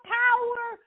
power